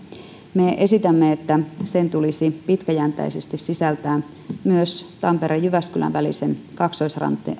me esitämme että sen tulisi pitkäjänteisesti sisältää myös tampereen jyväskylän välisen kaksoisraiteen